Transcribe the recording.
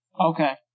Okay